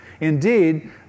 Indeed